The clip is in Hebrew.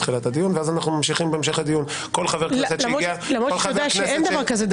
לאחר מכן אנחנו ממשיכים בהמשך הדיון.